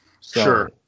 Sure